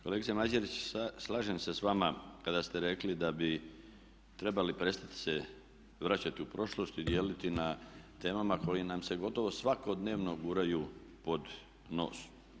Kolegice Mađerić, slažem se s vama kada ste rekli da bi trebali prestati se vraćati u prošlost i dijeliti na temama koje nam se gotovo svakodnevno guraju pod nos.